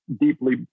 deeply